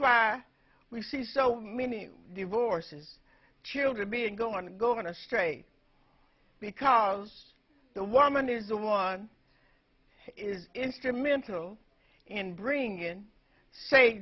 why we see so many divorces children being go on to go on a straight because the woman is the one is instrumental in bringing